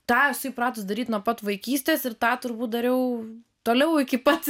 tą esu įpratus daryti nuo pat vaikystės ir tą turbūt dariau toliau iki pat